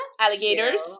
alligators